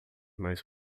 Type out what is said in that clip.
mais